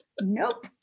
Nope